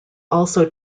also